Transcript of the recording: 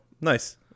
Nice